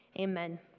Amen